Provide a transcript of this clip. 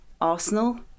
Arsenal